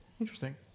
Interesting